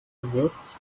gewürz